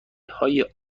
های